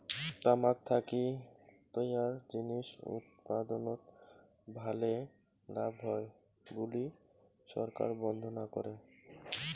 তামাক থাকি তৈয়ার জিনিস উৎপাদনত ভালে লাভ হয় বুলি সরকার বন্ধ না করে